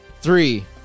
Three